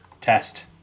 test